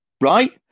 right